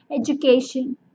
education